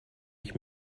ich